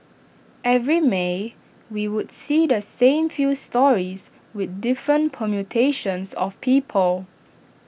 every may we would see the same few stories with different permutations of people